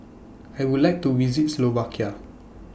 I Would like to visit Slovakia